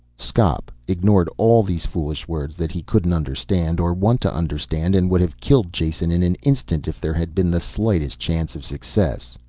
skop, ignored all these foolish words that he couldn't understand or want to understand and would have killed jason in an instant if there had been the slightest chance of success.